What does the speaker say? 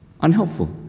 Unhelpful